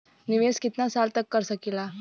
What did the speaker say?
निवेश कितना साल तक कर सकीला?